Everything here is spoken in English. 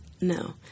No